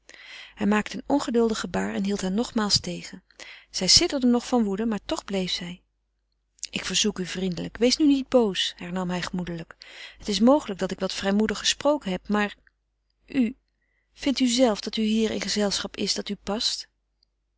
hij maakte een ongeduldig gebaar en hield haar nogmaals tegen zij sidderde nog van woede maar toch bleef zij ik verzoek u vriendelijk wees nu niet boos hernam hij gemoedelijk het is mogelijk dat ik wat vrijmoedig gesproken heb maar u vindt u zelf dat u hier in gezelschap is dat u past